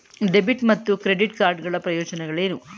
Debit ಮತ್ತು credit card ಗಳ ಪ್ರಯೋಜನಗಳೇನು?